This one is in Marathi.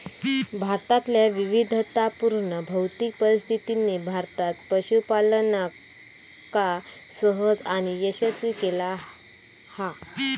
भारतातल्या विविधतापुर्ण भौतिक परिस्थितीनी भारतात पशूपालनका सहज आणि यशस्वी केला हा